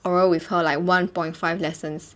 oral with her like one point five lessons